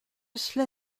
cela